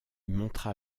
montra